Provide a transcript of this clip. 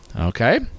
Okay